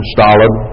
Stalin